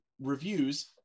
reviews